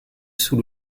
sous